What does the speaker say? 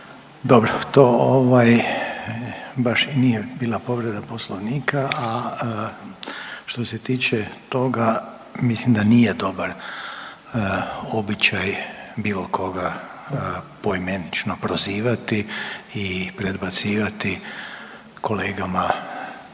Dobro, to ovaj baš i nije bila povreda poslovnika, a što se tiče toga mislim da nije dobar običaj bilo koga poimenično prozivati i predbacivati kolegama